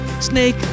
snake